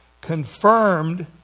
confirmed